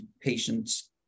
patients